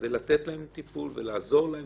ולתת להם טיפול ולעזור להם.